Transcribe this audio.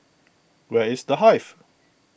where is the Hive